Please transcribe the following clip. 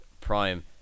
prime